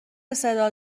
صدا